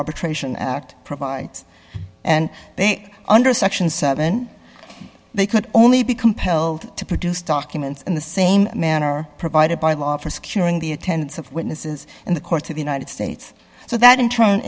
arbitration act provides and they under section seven they could only be compelled to produce documents in the same manner provided by law for securing the attendance of witnesses and the court of the united states so that in t